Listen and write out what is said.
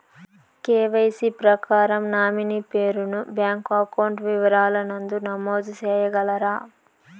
KYC ప్రకారం nominee పేరు ను బ్యాంకు అకౌంట్ వివరాల నందు నమోదు సేయగలరా?